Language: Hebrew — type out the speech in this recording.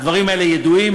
הדברים האלה ידועים,